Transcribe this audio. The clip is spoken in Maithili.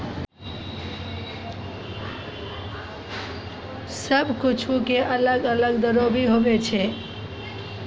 सब कुछु के अलग अलग दरो भी होवै छै